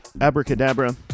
Abracadabra